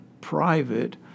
private—